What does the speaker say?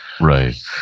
right